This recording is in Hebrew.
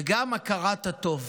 וגם הכרת הטוב.